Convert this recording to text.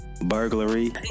Burglary